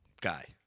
guy